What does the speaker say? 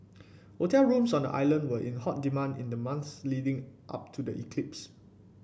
hotel rooms on the island were in hot demand in the months leading up to the eclipse